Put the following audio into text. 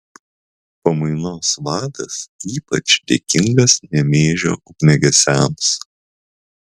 pamainos vadas ypač dėkingas nemėžio ugniagesiams